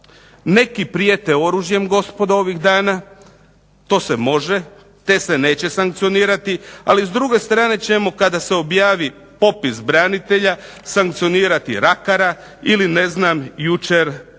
neki prijete oružjem gospodo ovih dana, to se može, te se neće sankcionirati, ali s druge strane ćemo kada se objavi popis branitelja sankcionirati …/Ne razumije se./… ili ne znam jučer Pernara,